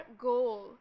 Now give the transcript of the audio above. goal